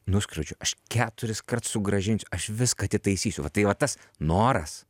nuskriaudžiau aš keturiskart sugrąžinsiu aš viską atitaisysiu va tai va tas noras